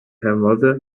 mother